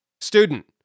Student